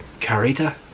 Carita